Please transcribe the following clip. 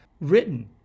written